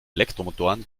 elektromotoren